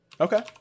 Okay